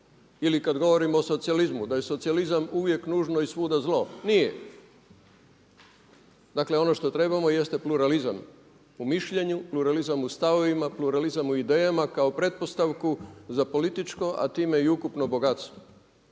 Ili kad govorim o socijalizmu da je socijalizam uvijek nužno i svuda zlo. Nije. Dakle, ono što trebamo jeste pluralizam u mišljenju, pluralizam u stavovima, pluralizam u idejama kao pretpostavku za političko, a time i ukupno bogatstvo.